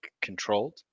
controlled